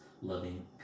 loving